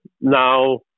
now